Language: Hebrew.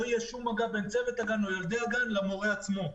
לא יהיה שום מגע בין צוות הגן או ילדי הגן למורה עצמו.